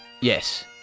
Yes